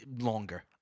Longer